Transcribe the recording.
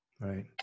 Right